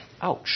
ouch